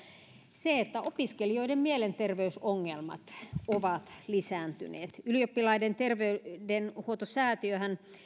se että opiskelijoiden mielenterveysongelmat ovat lisääntyneet ylioppilaiden terveydenhoitosäätiöhän